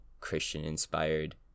Christian-inspired